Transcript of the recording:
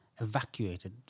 evacuated